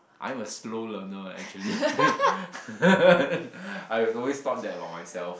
I'm a slow learner actually I've always thought that about myself